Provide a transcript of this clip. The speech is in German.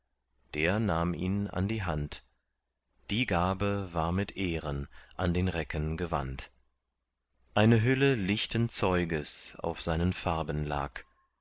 der nahm ihn an die hand die gabe war mit ehren an den recken gewandt eine hülle lichten zeuges auf seinen farben lag